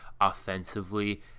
offensively